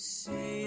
say